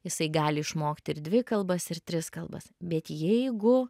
jisai gali išmokti ir dvi kalbas ir tris kalbas bet jeigu